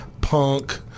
punk